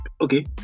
okay